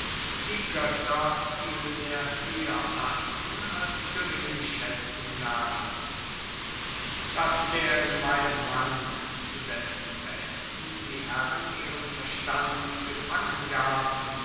die götter vielmehr höher achten als geringschätzen lerne daß der gemeine mann zu dessen besten die herren ihren verstand gefangen gaben